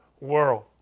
world